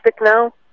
now